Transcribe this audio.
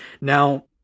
Now